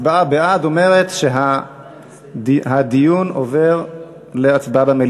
הצבעה בעד אומרת שהדיון עובר למליאה.